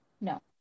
No